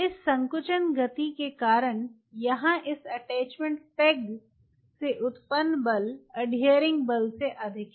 इस संकुचन गति के कारण यहाँ इस अटैचमेंट पेग से उत्पन्न बल अडहियरिंग बल से अधिक है